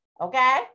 okay